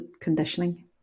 conditioning